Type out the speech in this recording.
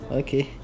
okay